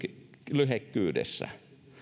lyhykäisyydessään